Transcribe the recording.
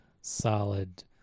solid